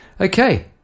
Okay